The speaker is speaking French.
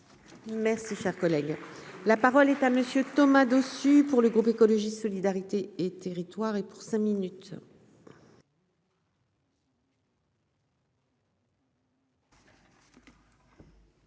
Merci, cher collègue, la parole est à monsieur Thomas Dossus. Pour le groupe écologiste solidarité et territoires et pour cinq minutes.